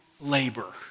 labor